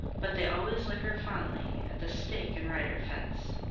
but they always linger fondly at the stake-and-rider fence.